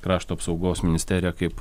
krašto apsaugos ministerija kaip